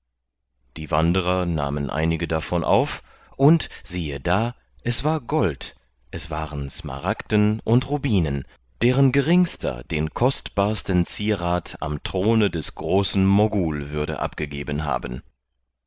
die wanderer nahmen einige davon auf und siehe da es war gold es waren smaragden und rubinen deren geringster den kostbarsten zierrath am throne des großen mogul würde abgegeben haben